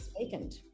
vacant